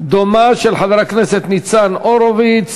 דומה של חבר הכנסת ניצן הורוביץ,